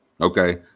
Okay